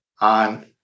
on